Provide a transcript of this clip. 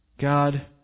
God